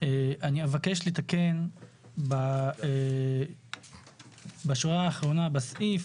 אני אבקש לתקן בשורה האחרונה בסעיף,